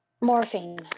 Morphine